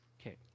Okay